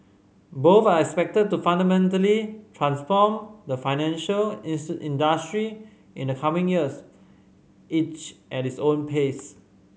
both are expected to fundamentally transform the financial industry in the coming years each at its own pace